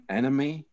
enemy